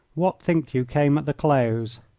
what think you came at the close?